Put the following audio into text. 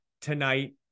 tonight